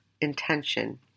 intention